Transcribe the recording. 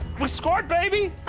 we scored, baby!